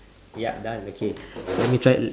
yup done okay let me try